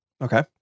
Okay